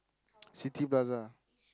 City Plaza